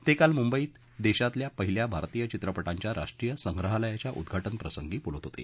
ते काल मुंबईत दैशातल्या पहिल्या भारतीय चित्रपटांच्या राष्ट्रीय संग्राहलयाच्या उद्घाटन प्रसंगी बोलत होते